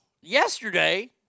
yesterday